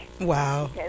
Wow